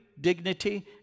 dignity